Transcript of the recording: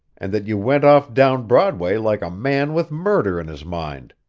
and that you went off down broadway like a man with murder in his mind.